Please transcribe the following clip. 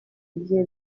bye